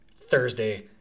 Thursday